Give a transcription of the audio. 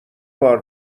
بار